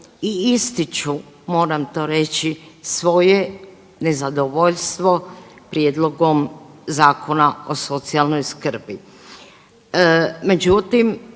Hvala vam